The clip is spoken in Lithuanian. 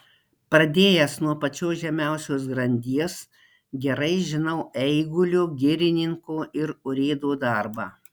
pradėjęs nuo pačios žemiausios grandies gerai žinau eigulio girininko ir urėdo darbą